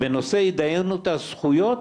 בנושא התדיינות על זכויות,